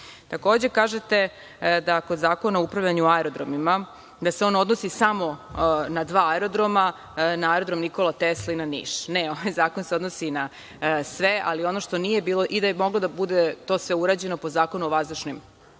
kažete da kod Zakona o upravljanju aerodromima, da se on odnosi samo na dva aerodroma, na Aerodrom „Nikola Tesla“ i na Niš. Ne, ovaj zakon se odnosi na sve, ali ono što nije bilo, i da je moglo da bude to sve urađeno pod Zakonom o vazdušnom saobraćaju,